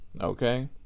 okay